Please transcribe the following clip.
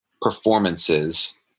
performances